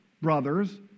brothers